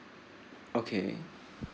okay